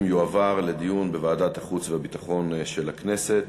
יועבר לדיון בוועדת החוץ והביטחון של הכנסת.